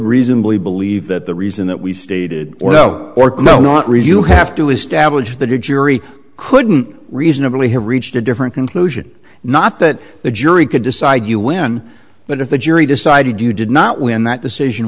reasonably believe that the reason that we stated no not really do have to establish that it couldn't reasonably have reached a different conclusion not that the jury could decide you win but if the jury decided you did not win that decision